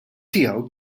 tiegħu